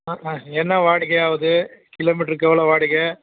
ஆ ஆ என்ன வாடகையாகுது கிலோமீட்ருக்கு எவ்வளோ வாடகை